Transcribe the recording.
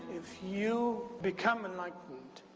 if you become enlightened